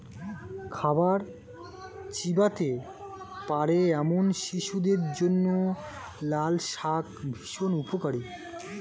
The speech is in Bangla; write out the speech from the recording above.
খাবার চিবোতে পারে এমন শিশুদের জন্য লালশাক ভীষণ উপকারী